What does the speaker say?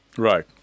Right